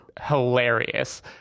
hilarious